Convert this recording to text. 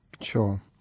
Sure